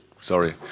Sorry